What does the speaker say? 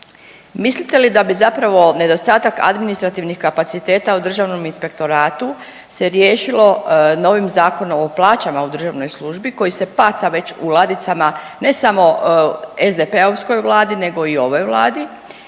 mislite li da bi zapravo nedostatak administrativnih kapaciteta u Državnom inspektoratu se riješilo novim Zakonom o plaćama u državnoj službi koji se paca već u ladicama ne samo u SDP-ovskoj vladi nego i ovoj Vladi